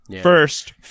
First